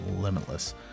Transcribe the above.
limitless